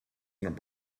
and